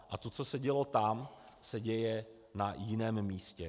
A to, co se dělo tam, se děje na jiném místě.